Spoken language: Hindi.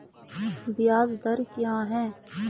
ब्याज दर क्या है?